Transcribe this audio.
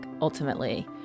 ultimately